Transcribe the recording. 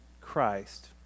Christ